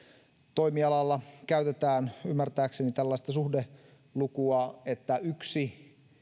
toimialalla käytetään ymmärtääkseni tällaista suhdelukua että yksi